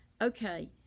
Okay